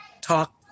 talk